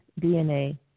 DNA